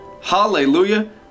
Hallelujah